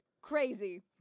Crazy